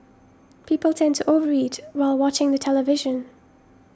people tend to over eat while watching the television